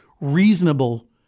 reasonable